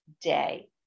day